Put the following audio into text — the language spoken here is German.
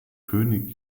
könig